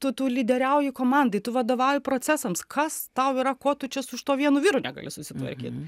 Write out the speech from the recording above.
tu tu lyderiauji komandai tu vadovauji procesams kas tau yra ko tu čia su šituo vienu vyru negali susitvarkyt